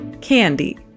candy